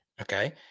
okay